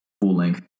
full-length